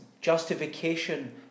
Justification